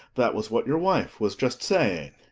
that was what your wife was just saying.